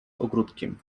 ogródkiem